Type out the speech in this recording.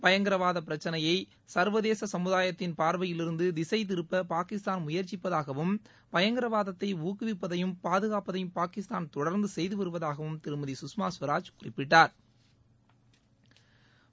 பயங்கரவாத பிரச்சனையை சா்வதேச சமுதாயத்தின் பார்வையில் இருந்து திசைதிருப்ப பாகிஸ்தான் முயற்சிப்பதாகவும் பயங்கரவாதத்தை ஊக்குவிப்பதையும் பாதுகாப்பதையும் பாகிஸ்தான் தொடர்ந்து செய்து வருவதாகவும் திருமதி சுஷ்மா ஸ்வராஜ் குறிப்பிட்டாா்